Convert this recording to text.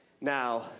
now